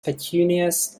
petunias